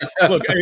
Look